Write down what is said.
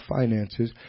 finances